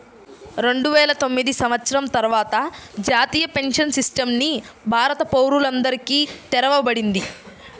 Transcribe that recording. రెండువేల తొమ్మిది సంవత్సరం తర్వాత జాతీయ పెన్షన్ సిస్టమ్ ని భారత పౌరులందరికీ తెరవబడింది